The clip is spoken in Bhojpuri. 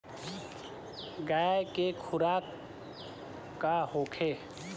गाय के खुराक का होखे?